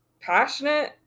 Passionate